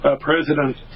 President